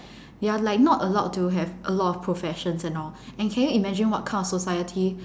they are like not allowed to have a lot of professions and all and can you imagine what kind of society